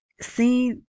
see